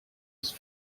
ist